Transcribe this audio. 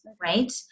Right